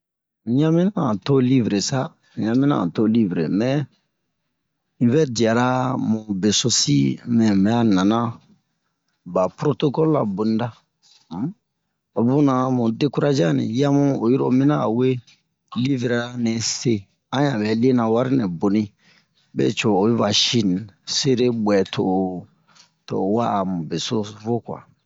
Un ɲa mina a to livre sa un ɲa mina a to livre mɛ un vɛ diara mu besosi mɛ mu bɛ'a nana ba protocol la boni da um o buna mu dekurage'a ni yamu oyi ro o mina a we livrera nɛ se a yan bɛ lena wari nɛ boni me co oyi va shine serebwɛ to to'o wa'a mu beso vo kwa